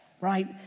Right